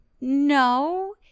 No